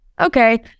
okay